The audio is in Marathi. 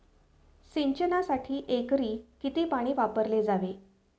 सिंचनासाठी एकरी किती पाणी वापरले जाते?